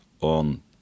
on